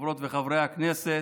חברות וחברי הכנסת,